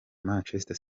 manchester